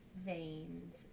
veins